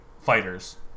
fighters